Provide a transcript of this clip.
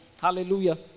Hallelujah